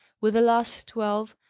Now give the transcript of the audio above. with the last, twelve,